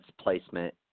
placement